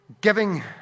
giving